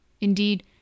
Indeed